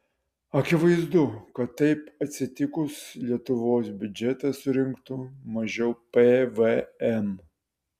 akivaizdu kad taip atsitikus lietuvos biudžetas surinktų mažiau pvm